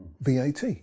VAT